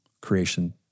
creation